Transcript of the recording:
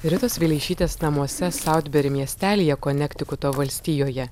ritos vileišytės namuose saudberi miestelyje konektikuto valstijoje